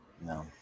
No